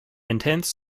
intense